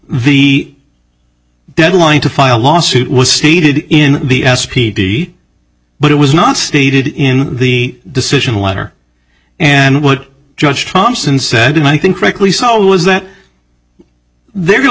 the deadline to file a lawsuit was seated in the s p d but it was not stated in the decision letter and what judge thompson said and i think quickly saw was that they're going to